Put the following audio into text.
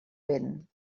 vent